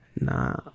Nah